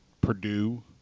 Purdue